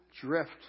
drift